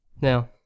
Now